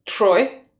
Troy